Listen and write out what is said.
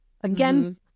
again